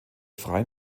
freien